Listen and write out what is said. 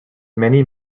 many